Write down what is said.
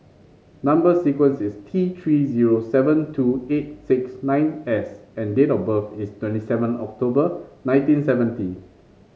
number sequence is T Three zero seven two eight six nine S and date of birth is twenty seven October nineteen seventy